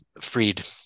freed